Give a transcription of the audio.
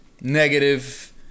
negative